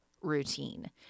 routine